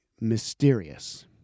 mysterious